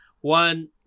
One